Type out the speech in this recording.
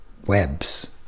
webs